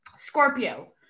scorpio